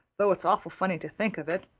though it's awful funny to think of it.